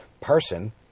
person